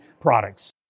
products